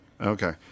Okay